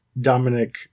Dominic